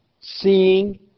Seeing